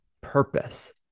purpose